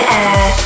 Air